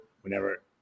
whenever